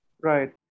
Right